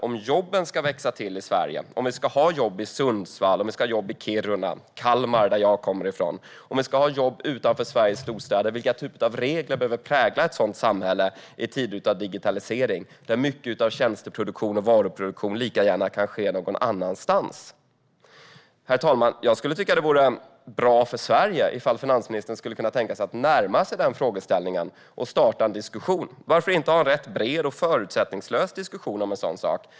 Om jobben ska växa till i Sverige - i Sundsvall, Kiruna, Kalmar som jag kommer från och utanför Sveriges storstäder - handlar det nämligen om vilka typer av regler som behöver prägla samhället i tider av digitalisering, där en stor del av tjänste och varuproduktionen lika gärna kan ske någon annanstans. Herr talman! Jag tycker att det vore bra för Sverige om finansministern kunde tänka sig att närma sig den frågeställningen och starta en diskussion. Varför inte ha en bred och förutsättningslös diskussion om en sådan sak?